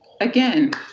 again